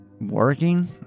working